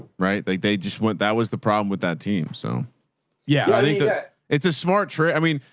right? like they just went, that was the problem with that team. so yeah, i think it's a smart trip. i mean,